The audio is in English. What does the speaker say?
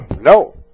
No